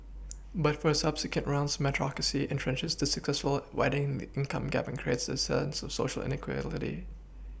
but for subsequent rounds Meritocracy entrenches the successful widens income gap and creates a sense of Social inequity